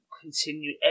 continue